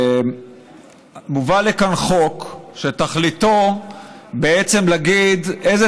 מובא לכאן חוק שתכליתו בעצם להגיד איזו